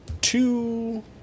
Two